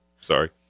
Sorry